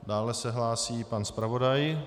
Dále se hlásí pan zpravodaj.